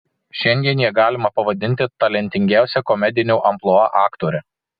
šiandien ją galima pavadinti talentingiausia komedinio amplua aktore